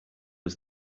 was